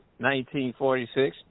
1946